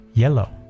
Yellow